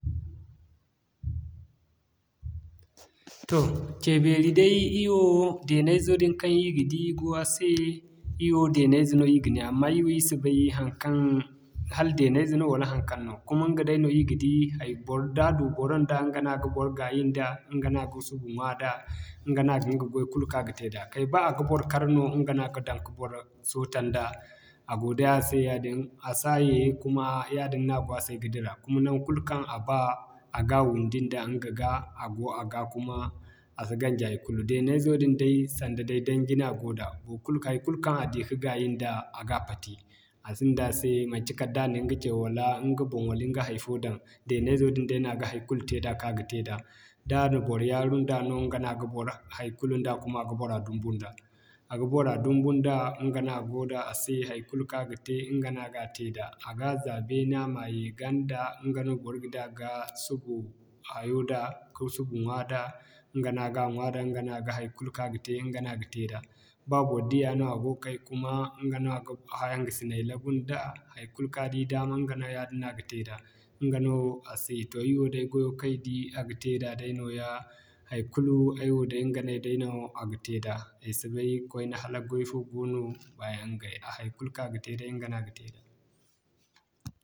Toh cee beeri day, ir wo deene izo din kaŋ ir ga di go a se, ir wo deene ize no ir ga ne amma ir si bay haŋkaŋ, hala deene ize no wala haŋkaŋ no. Kuma ɲga day no ir ga di, hay da a du boro nda, ɲga no a ga boro gaayi nda, ɲga no a ga subu ɲwa da, ɲga no a ga ɲga gway kulu kaŋ a ga te da kay ba a ga bor kar no, ɲga no a ga daŋ ka bor sote nda, a go day a se a si a ye, kuma yaadin no a go a se ka dira kuma naŋgu kulu kaŋ a ba, a ga wundi nda ɲga ga, a go a ga kuma a si ganji haikulu. Deene izo din day, sanda day danji no a go da haikulu kaŋ a di ka gaayi nda, a ga pati a sinda a se manci kala da na ɲga ce wala ɲga boŋ wala ɲga hay'fo daŋ deene izo din day no a ga haikulu te da kaŋ a ga te da. Da a na bor yaaru nda no ɲga no a ga bor haikulu nda kuma a ga bora dumbu nda, a ga bora dumbu nda. A ga bora dumbu nda, ɲga no a go da a se haikulu kaŋ a ga te ɲga no a ga te da. A ga za beene a man yee ganda, ɲga no bor ga di a ga subu hayo da, ka subu ɲwa da, ɲga no a ga ɲwa da ɲga no a ga haikulu kaŋ a ga te ɲga no a ga tey da. Ba bor diya no a go kay kuma ɲga no a ga hangisinay labu nda haikulu kaŋ a di daama ɲga no yaadin no a ga te da. Ɲga no a se to ir wo day gwayo kaŋ ay di a ga te da day nooya, haikulu ay wo day ɲga no day no a ga te da. Ay si bay kwaine hala goy fo goono, baayaŋ ɲgay haikulu kaŋ a ga te day ɲgay no a ga te da.